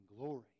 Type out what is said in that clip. Glory